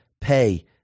pay